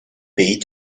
pays